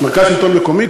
מרכז השלטון המקומי,